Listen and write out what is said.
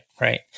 right